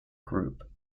group